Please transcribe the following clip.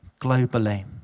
globally